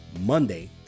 Monday